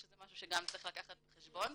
שזה משהו שגם צריך לקחת בחשבון.